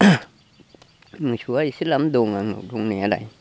मोसौआ एसे लाम दं आंनाव दंनायालाय